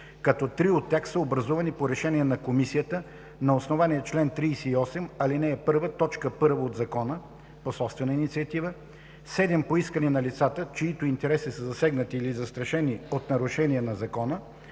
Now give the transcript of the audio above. като 3 от тях са образувани по решения на Комисията на основание чл. 38, ал. 1, т. 1 от Закона (по собствена инициатива), 7 – по искане на лицата, чиито интереси са засегнати или застрашени от нарушение на Закона,